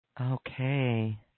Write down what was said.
Okay